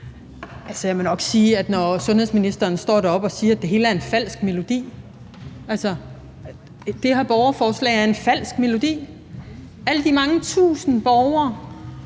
Nørby (V): Altså, sundhedsministeren står deroppe og siger, at det hele er en falsk melodi, at det her borgerforslag er en falsk melodi – at alle de mange tusinde borgere,